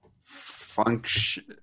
Function